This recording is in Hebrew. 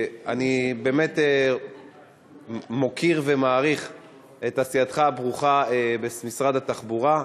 אני באמת מוקיר ומעריך את עשייתך הברוכה במשרד התחבורה,